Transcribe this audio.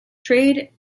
trade